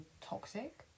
toxic